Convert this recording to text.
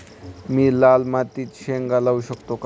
मी लाल मातीत शेंगा लावू शकतो का?